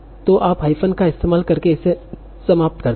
तो आप हाइफ़न का इस्तेमाल करके इसे समाप्त करते है